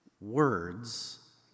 words